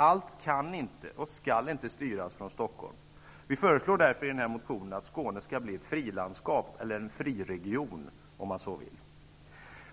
Allt kan inte och skall inte styras från Stockholm. Därför föreslår vi i den här motionen att Skåne skall bli ett frilandskap eller en friregion. Det